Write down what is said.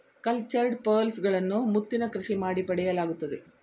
cultured pearls ಗಳನ್ನು ಮುತ್ತಿನ ಕೃಷಿ ಮಾಡಿ ಪಡೆಯಲಾಗುತ್ತದೆ